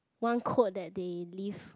one quote that they live